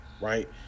right